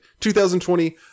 2020